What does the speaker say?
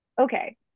okay